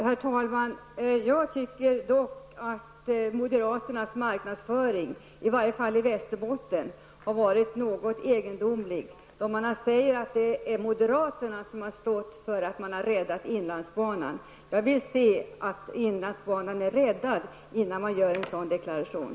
Herr talman! Jag tycker att moderaternas marknadsföring, i varje fall i Västerbotten, har varit något egendomlig. Man säger att det är moderaterna som har räddat inlandsbanan. Jag vill se att inlandsbanan är räddad innan man gör en sådan deklaration.